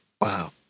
Wow